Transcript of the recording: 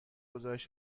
گزارش